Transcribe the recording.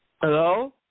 Hello